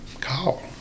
call